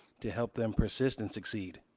to help them persist and succeed.